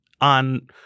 on